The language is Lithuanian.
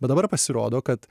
bet dabar pasirodo kad